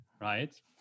right